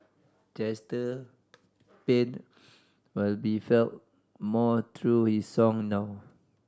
Chester pain will be felt more through his song now